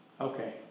Okay